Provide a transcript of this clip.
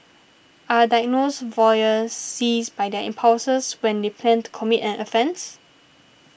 are diagnosed voyeurs seized by their impulses when they plan to commit an offence